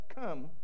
come